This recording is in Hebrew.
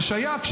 זה שייך.